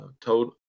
told